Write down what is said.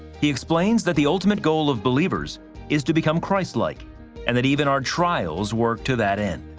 he explains that the ultimate goal of believers is to become christlike and that even our trials work to that end.